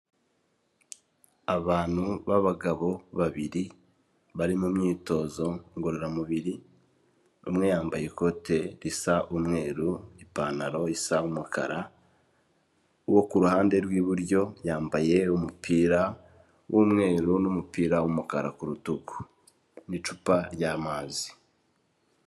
Abantu b'abagabo babiri bari mu myitozo ngororamubiri, umwe yambaye ikote risa umweru ipantaro isa umukara, uwo ku ruhande rw'iburyo yambaye umupira w'umweru n'umupira w'umukara ku rutugu n'icupa ry'amazi.